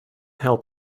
help